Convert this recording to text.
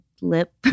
lip